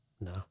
no